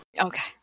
Okay